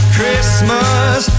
Christmas